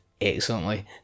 excellently